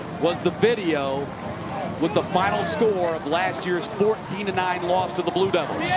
was the video with the final score of last year's fourteen nine loss to the blue devils.